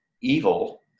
evil